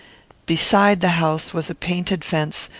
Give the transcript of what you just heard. beside the house was a painted fence,